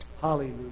Hallelujah